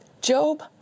Job